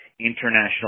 International